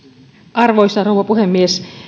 arvoisa rouva puhemies